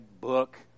book